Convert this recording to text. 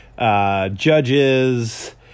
Judges